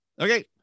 Okay